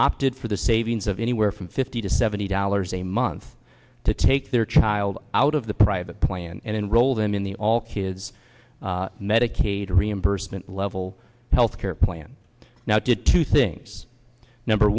opted for the savings of anywhere from fifty to seventy dollars a month to take their child out of the private plan and enroll them in the all kids medicaid reimbursement level health care plan now did two things number